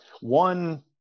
one